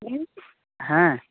ᱦᱩᱢ ᱩᱸ ᱦᱮᱸ